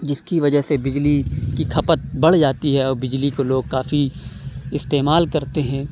جس کی وجہ سے بجلی کی کھپت بڑھ جاتی ہے اور بجلی کو لوگ کافی استعمال کرتے ہیں